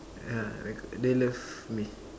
ah they love me